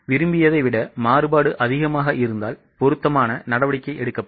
விரும்பியதை விட மாறுபாடு அதிகமாக இருந்தால் பொருத்தமான நடவடிக்கை எடுக்கப்படும்